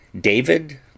David